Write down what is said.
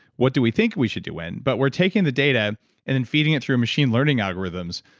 what do we think we should do when? but we're taking the data and then feeding it through a machine learning algorithms.